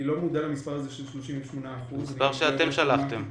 אני לא מודע למספר של 38%. זה מספר שאתם העברתם.